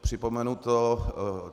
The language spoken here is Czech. Připomenu to.